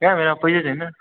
कहाँ मेरोमा पैसा छैन